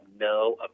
no